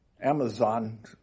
Amazon